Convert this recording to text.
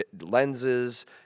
lenses